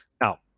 Now